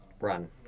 run